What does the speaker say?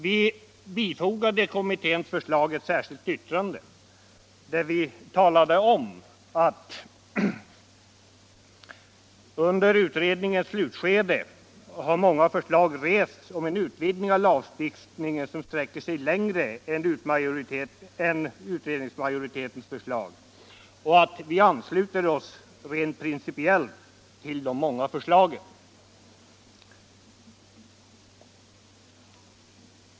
Till kommitténs förslag bifogade vi ett särskilt yttrande där vi talade om att många förslag rests under utredningens slutskede om en utvidgning av lagstiftningen som sträcker sig längre än utredningsmajoritetens förslag och att vi rent principiellt ansluter oss till de många förslagen.